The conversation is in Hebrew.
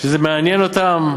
שזה מעניין אותם